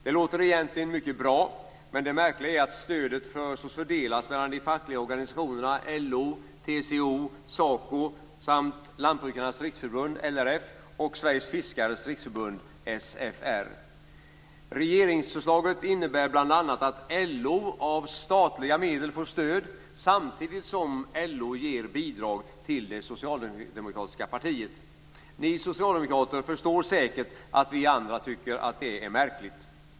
Det låter egentligen mycket bra, men det märkliga är att stödet föreslås fördelas mellan de fackliga organisationerna Regeringsförslaget innebär bl.a. att LO får stöd av statliga medel samtidigt som LO ger bidrag till det socialdemokratiska partiet. Ni socialdemokrater förstår säkert att vi andra tycker att det är märkligt.